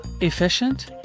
efficient